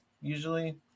usually